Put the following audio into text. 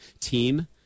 team